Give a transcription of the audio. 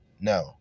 No